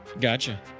Gotcha